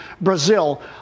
brazil